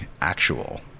actual